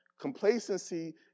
Complacency